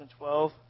2012